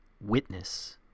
witness